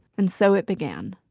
and so it began